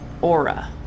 aura